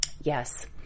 Yes